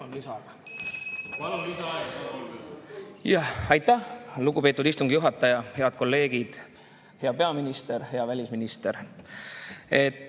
palun lisaaega. Ma palun lisaaega. Aitäh, lugupeetud istungi juhataja! Head kolleegid! Hea peaminister! Hea välisminister!